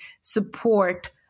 support